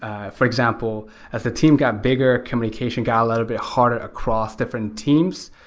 ah for example, as the team got bigger, communication got a little bit harder across different teams.